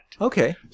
Okay